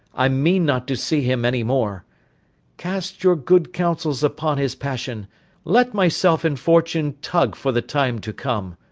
i mean not to see him any more cast your good counsels upon his passion let myself and fortune tug for the time to come.